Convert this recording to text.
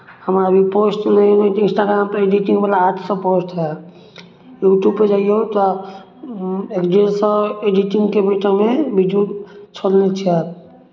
हमरा अभी पोस्टमे इंस्टाग्रामपर एडिटिंगवला आठ सए पोस्ट हए यूट्यूबपर जइयौ तऽ एक डेढ़ सए एडिटिंगके ओहिठमे वीडियो छोड़ने छथि